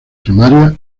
primarias